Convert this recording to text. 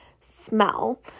smell